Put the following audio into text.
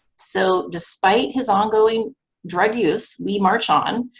so despite his ongoing drug use, we march on.